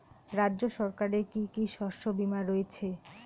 রাজ্য সরকারের কি কি শস্য বিমা রয়েছে?